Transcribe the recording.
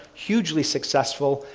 hugely successful,